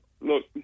Look